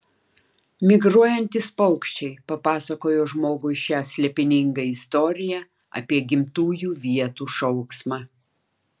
migruojantys paukščiai papasakojo žmogui šią slėpiningą istoriją apie gimtųjų vietų šauksmą